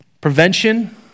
Prevention